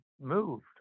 moved